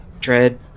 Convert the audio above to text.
Dread